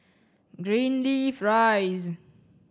Greenleaf Rise